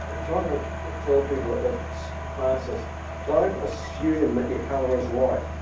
ah try to tell people at classes don't assume that your colour is right.